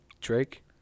Drake